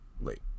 late